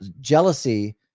jealousy